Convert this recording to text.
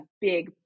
big